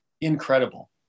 incredible